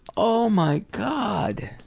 oh my god!